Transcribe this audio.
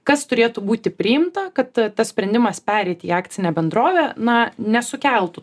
kas turėtų būti priimta kad tas sprendimas pereiti į akcinę bendrovę na nesukeltų